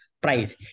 price